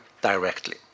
directly